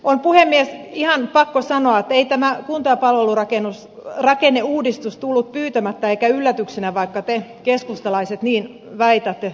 on puhemies ihan pakko sanoa että ei tämä kunta ja palvelurakenneuudistus tullut pyytämättä eikä yllätyksenä vaikka te keskustalaiset niin väitätte